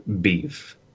beef